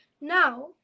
Now